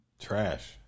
trash